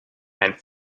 and